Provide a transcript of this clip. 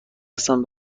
هستم